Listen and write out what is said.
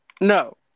No